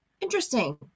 interesting